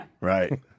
Right